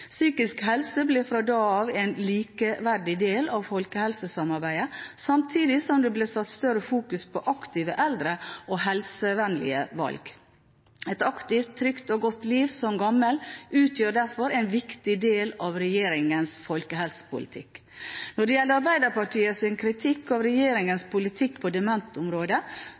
Psykisk helse ble fra da av en likeverdig del av folkehelsesamarbeidet, samtidig som det ble fokusert sterkere på aktive eldre og helsevennlige valg. Et aktivt, trygt og godt liv som gammel utgjør derfor en viktig del av regjeringens folkehelsepolitikk. Når det gjelder Arbeiderpartiets kritikk av regjeringens politikk på